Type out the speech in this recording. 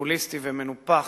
פופוליסטי ומנופח,